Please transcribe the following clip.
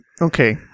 Okay